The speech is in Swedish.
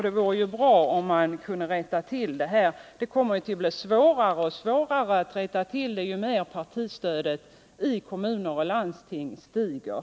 Det vore bra om man kunde rätta till det. Det kommer att bli svårare och svårare att rätta till det ju mer partistödet i kommuner och landsting stiger.